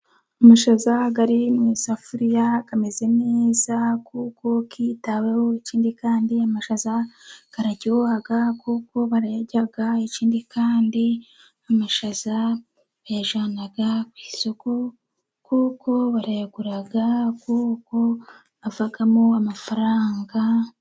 umushaza ari mu isafuriya ameze neza kuko yitaweho, ikindi kandi amashaza araryoha kuko barayarya, ikindi kandi' amashaza bayajyana ku isoko, kuko barayagura, kuko avamo amafaranga.